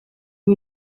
ubu